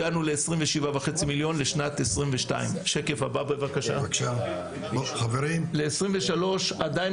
הגענו ל-27,500,000 ₪ לשנת 2022. ל-2023 אנחנו עדיין